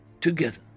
together